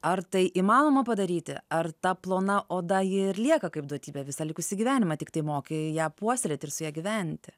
ar tai įmanoma padaryti ar ta plona oda ji ir lieka kaip duotybė visą likusį gyvenimą tiktai moki ją puoselėti ir su ja gyventi